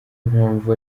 mpamvu